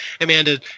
Amanda